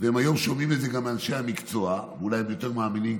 והיום הם שומעים את זה גם מאנשי המקצוע ואולי יותר מאמינים,